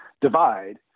divide